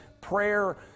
prayer